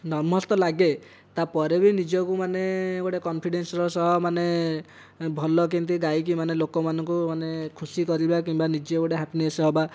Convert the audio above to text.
nervous ତ ଲାଗେ ତା'ପରେ ଭି ନିଜକୁ ମାନେ ଗୋଟେ କନ୍ଫିଡ଼େନ୍ସର ସହ ମାନେ ଭଲ କେମିତି ଗାଇକି ମାନେ ଲୋକମାନଙ୍କୁ ମାନେ ଖୁସି କରେଇବା କିମ୍ବା ନିଜେ ଗୋଟେ ହାପିନେସ୍ ହେବା